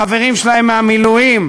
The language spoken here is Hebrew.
החברים שלהם מהמילואים,